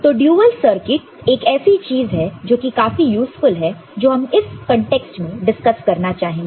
तो dual circuit एक ऐसी चीज है जो कि काफी यूज़फुल है जो हम इस कांटेक्स्ट में डिस्कस करना चाहेंगे